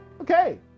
okay